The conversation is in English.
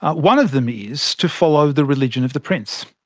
ah one of them is to follow the religion of the prince.